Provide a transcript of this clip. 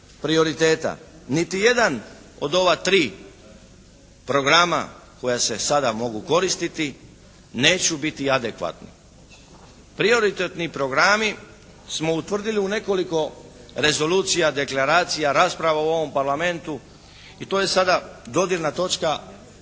prioriteta niti jedan od ova tri programa koja se sada mogu koristiti neće biti adekvatni. Prioritetni programi smo utvrdili u nekoliko rezolucija, deklaracija, rasprava u ovom parlamentu i to je sada dodirna točka kakva